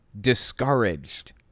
discouraged